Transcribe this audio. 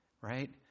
Right